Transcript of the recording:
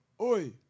Oi